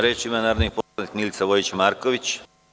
Reč ima narodna poslanika Milica Vojić Marković.